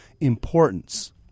importance